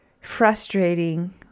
frustrating